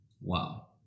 Wow